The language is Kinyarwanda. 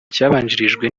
cyabanjirijwe